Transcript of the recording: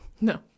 no